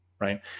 right